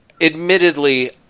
admittedly